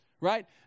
Right